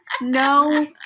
No